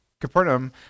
Capernaum